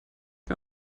mir